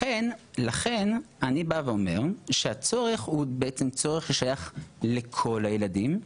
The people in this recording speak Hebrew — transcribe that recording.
לכן אני בא ואומר שהצורך הוא צורך ששייך לכל הילדים.